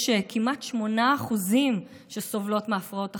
יש כמעט 8% שסובלות מהפרעות אכילה,